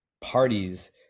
parties